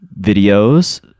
videos